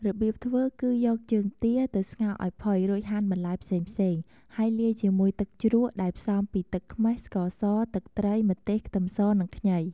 របៀបធ្វើគឺយកជើងទាទៅស្ងោរឱ្យផុយ រួចហាន់បន្លែផ្សេងៗ ហើយលាយជាមួយទឹកជ្រក់ដែលផ្សំពីទឹកខ្មេះ, ស្ករស, ទឹកត្រី, ម្ទេស, ខ្ទឹមស និងខ្ញី។